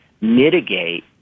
mitigate